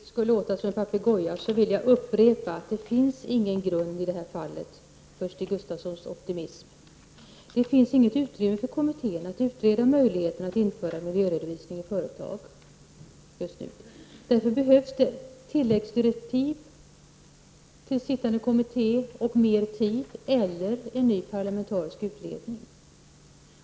Fru talman! Med risk för att låta som en papegoja vill jag upprepa att det finns ingen grund för Stig Gustafssons optimism. Det finns inget utrymme för kommittéerna att utreda möjligheterna att införa miljöredovisning i företag. Därför behövs det tilläggsdirektiv till sittande kommitté och mer tid eller en ny parlamentarisk utredning.